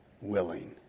willing